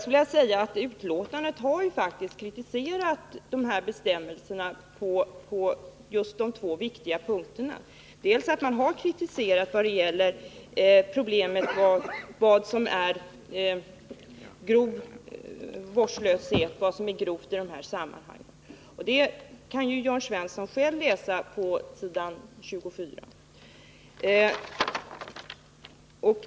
I betänkandet har bestämmelserna kritiserats just på de två viktiga punkterna. Utskottet har t.ex. kritiserat att det är svårt att avgöra vad som i detta sammanhang skall betraktas som grov vårdslöshet. Detta kan Jörn Svensson själv läsa om på s. 24 i betänkandet.